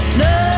no